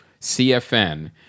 CFN